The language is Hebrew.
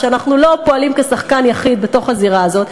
אנחנו לא פועלים כשחקן יחיד בזירה הזאת.